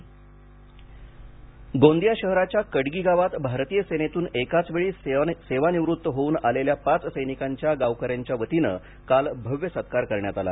जवानांचे स्वागत गोंदिया गोंदिया शहराच्या कटगी गावात भारतीय सेनेतून एकाच वेळी सेवानिवृत्त होऊन आलेल्या पाच सैनिकांचा गावकऱ्यांच्या वतीने काल भव्य सत्कार करण्यात आला